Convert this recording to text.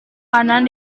kanan